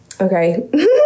Okay